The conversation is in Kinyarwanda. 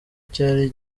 cyari